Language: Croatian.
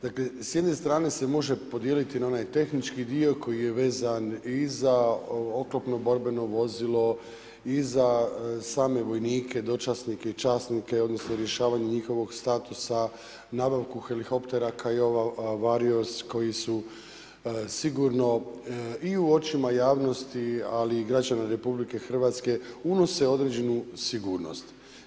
Dakle, s jedne strane se može podijeliti na onaj tehnički dio koji je vezan i za oklopno borbeno vozilo i za same vojnike, dočasnike i časnike, odnosno rješavanje njihovog statusa, nabavku helikoptera Kiowa Warriors koji su sigurno i u očima javnosti, ali i građana RH unose određenu sigurnosti.